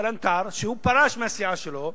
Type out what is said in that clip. שפרש מהסיעה שלו,